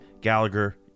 Gallagher